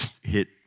Hit